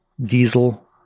diesel